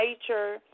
nature